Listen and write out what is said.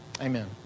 Amen